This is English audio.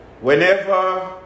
Whenever